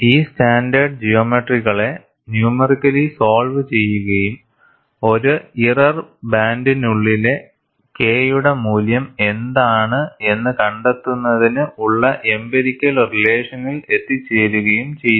ഈ സ്റ്റാൻഡേർഡ് ജിയോമെട്രികളെ numerically solve ചെയ്യുകയും ഒരു ഇറർ ബാൻഡിനുള്ളിലെ K യുടെ മൂല്യം എന്താണ് എന്ന് കണ്ടെത്തുന്നതിന് ഉള്ള എംപിരിക്കൽ റിലേഷനിൽ എത്തിച്ചേരുകയും ചെയ്തു